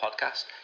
podcast